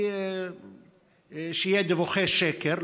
היא שיהיו דיווחי שקר,